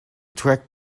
track